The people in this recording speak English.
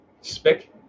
spick